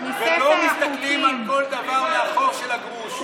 לא מסתכלים על כל דבר מהחור של הגרוש.